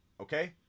okay